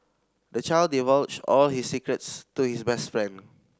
the child divulged all his secrets to his best friend